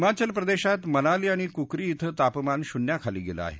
हिमाचल प्रदेशात मनाली आणि कुकरी कें तापमान शून्याखाली गेलं आहे